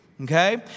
Okay